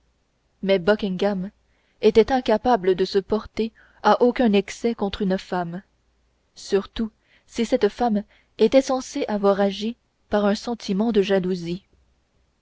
mais buckingham était incapable de se porter à aucun excès contre une femme surtout si cette femme était censée avoir agi par un sentiment de jalousie